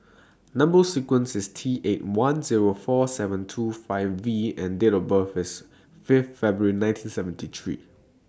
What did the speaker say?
Number sequence IS T eight one Zero four seven two five V and Date of birth IS Fifth February nineteen seventy three